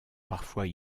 parfois